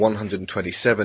127